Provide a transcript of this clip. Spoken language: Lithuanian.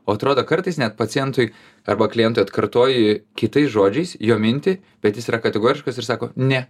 o atrodo kartais net pacientui arba klientui atkartoji kitais žodžiais jo mintį bet jis yra kategoriškas ir sako ne